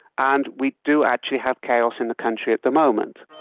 and we do actually have chaos in the country at the moment.